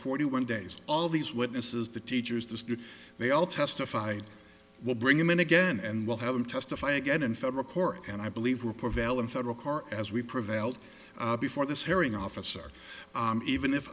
forty one days all these witnesses the teachers to you they all testified we'll bring him in again and we'll have him testify again in federal court and i believe will prevail in federal court as we prevailed before this hearing officer even if